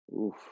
Oof